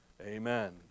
Amen